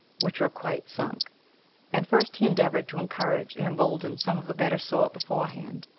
which were quite sunk and first he endeavored to encourage and embolden some of the better sort beforehand,